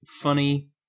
funny